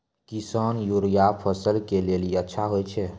किसान यूरिया फसल के लेली अच्छा होय छै?